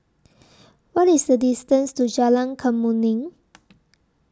What IS The distance to Jalan Kemuning